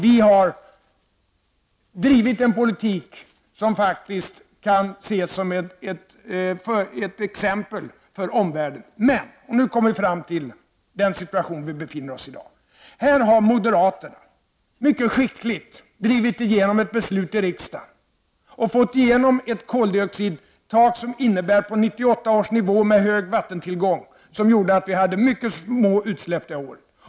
Vi har drivit en politik som faktiskt kan ses som ett exempel för omvärlden. Men nu kommer vi fram till den situation där vi befinner oss i dag. Här har moderaterna mycket skickligt drivit igenom ett beslut i riksdagen och fått till stånd ett koldioxidtak på grundval av 1988 års nivå. Det var hög vattentillgång, som gjorde att vi hade mycket små utsläpp det året.